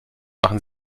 machen